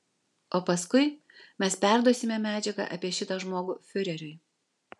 o paskui mes perduosime medžiagą apie šitą žmogų fiureriui